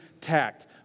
tact